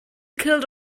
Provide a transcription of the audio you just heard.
killed